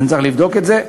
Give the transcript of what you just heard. אני צריך לבדוק את זה.